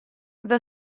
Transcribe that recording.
the